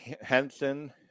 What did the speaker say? Henson